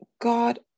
God